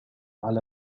على